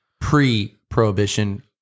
Pre-Prohibition